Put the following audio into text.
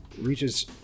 Reaches